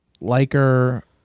liker